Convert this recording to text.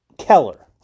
Keller